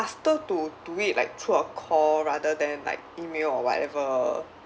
faster to do it like through a call rather than like email or whatever